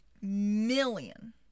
million